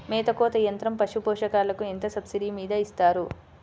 మేత కోత యంత్రం పశుపోషకాలకు ఎంత సబ్సిడీ మీద ఇస్తారు?